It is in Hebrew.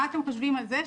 מה אתם חושבים על זה,